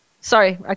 Sorry